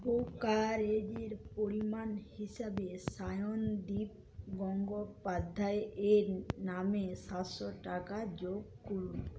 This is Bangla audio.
ব্রোকারেজের পরিমাণ হিসাবে সায়নদীপ গঙ্গোপাধ্যায় এর নামে সাতশো টাকা যোগ করুন